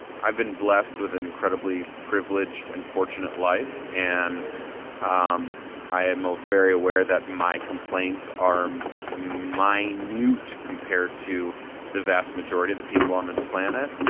i've been blessed with an incredibly privileged and fortunate life, and um i am ah very aware that my complaints are minute compared to the vast majority of the people on this planet.